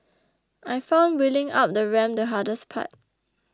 I found wheeling up the ramp the hardest part